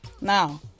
Now